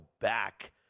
back